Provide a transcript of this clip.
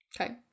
Okay